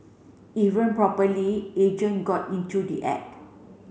even properly agent got into the act